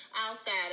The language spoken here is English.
outside